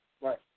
Right